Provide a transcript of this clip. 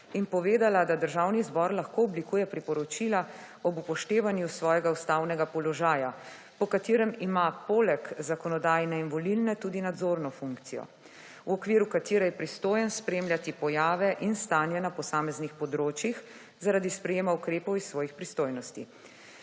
in povedala, da Državni zbor lahko oblikuje priporočila ob upoštevanju svojega ustavnega položaja po katerem ima poleg zakonodajne in volilne tudi nadzorno funkcijo v okviru katere je pristojen spremljati pojave in stanje na posameznih področjih zaradi sprejema ukrepov iz svojih pristojnosti.